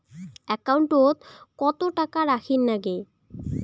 একাউন্টত কত টাকা রাখীর নাগে?